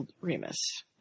Remus